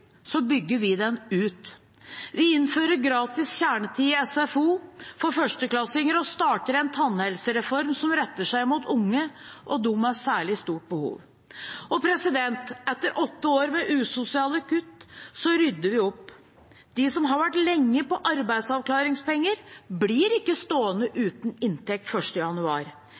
bygger vi den ut. Vi innfører gratis kjernetid i SFO for førsteklassinger og starter en tannhelsereform som retter seg mot unge og dem med særlig stort behov. Etter åtte år med usosiale kutt rydder vi opp. De som har vært lenge på arbeidsavklaringspenger, blir ikke stående uten inntekt 1. januar.